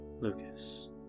Lucas